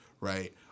right